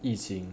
疫情